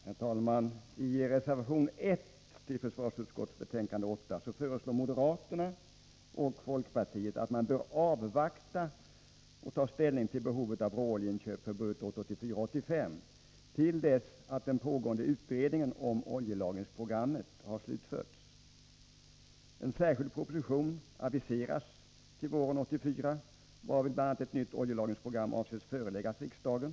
Herr talman! I reservation 1 till försvarsutskottts betänkande 8 föreslår moderaterna och folkpartiet att man skall vänta med att ta ställning till behovet av råoljeinköp för budgetåret 1984/85 till dess den pågående utredningen om oljelagringsprogrammet har slutförts. En särskild proposition aviseras till våren 1984, varvid bl.a. ett nytt oljelagringsprogram avses föreläggas riksdagen.